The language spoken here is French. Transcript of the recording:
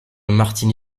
martigny